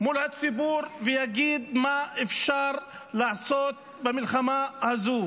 מול הציבור ואומר מה אפשר לעשות במלחמה הזו.